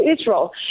Israel